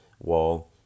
Wall